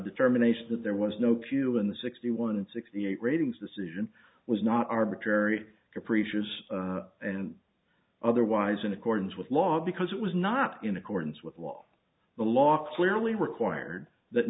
determination that there was no q in the sixty one and sixty eight ratings decision was not arbitrary capricious and otherwise in accordance with law because it was not in accordance with law the law clearly required that